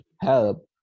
help